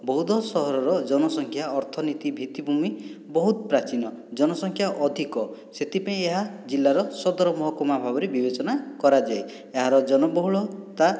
ବଉଦ ସହରର ଜନସଂଖ୍ୟା ଅର୍ଥନୀତି ଭିତ୍ତିଭୂମି ବହୁତ ପ୍ରାଚୀନ ଜନସଂଖ୍ୟା ଅଧିକ ସେଥିପାଇଁ ଏହା ଜିଲ୍ଲାର ସଦରମହକୁମା ଭାବରେ ବିବେଚନା କରାଯାଏ ଏହାର ଜନବହୁଳତା